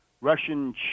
Russian